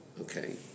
Okay